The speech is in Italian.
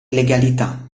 legalità